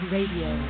Radio